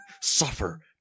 suffer